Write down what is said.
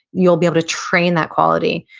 you'll be able to train that quality?